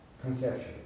conceptually